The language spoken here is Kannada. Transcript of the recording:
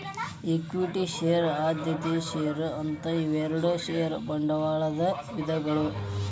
ಇಕ್ವಿಟಿ ಷೇರು ಆದ್ಯತೆಯ ಷೇರು ಅಂತ ಇವೆರಡು ಷೇರ ಬಂಡವಾಳದ ವಿಧಗಳು